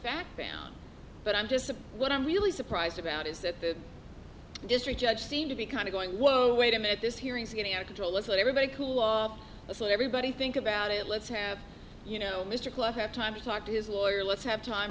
fact found but i'm just what i'm really surprised about is that the district judge seemed to be kind of going whoa wait a minute this hearing is getting out of control let's let everybody cool off let's let everybody think about it let's have you know mr clarke have time to talk to his lawyer let's have time